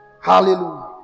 hallelujah